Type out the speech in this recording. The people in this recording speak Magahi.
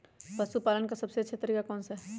पशु पालन का सबसे अच्छा तरीका कौन सा हैँ?